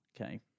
Okay